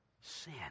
Sin